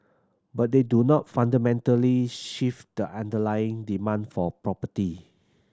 but they do not fundamentally shift the underlying demand for property